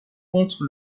contre